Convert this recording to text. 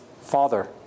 father